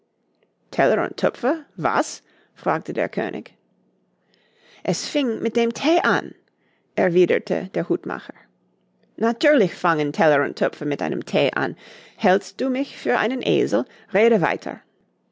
teller und töpfe was fragte der könig es fing mit dem thee an erwiederte der hutmacher natürlich fangen teller und töpfe mit einem t an hältst du mich für einen esel rede weiter